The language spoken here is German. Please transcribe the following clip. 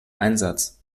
einsatz